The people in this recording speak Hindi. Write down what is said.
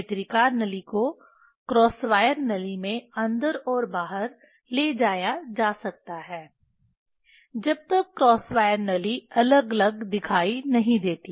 नेत्रिका नली को क्रॉस वायर नली में अंदर और बाहर ले जाया जा सकता है जब तक क्रॉस वायर नली अलग अलग दिखाई नहीं देती